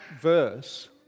verse